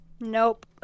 Nope